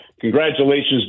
congratulations